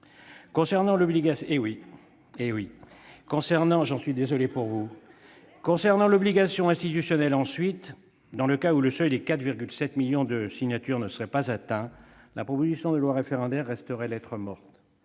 viens à l'obligation institutionnelle. Dans le cas où le seuil des 4,7 millions de signatures ne serait pas atteint, la proposition de loi référendaire resterait lettre morte.